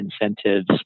incentives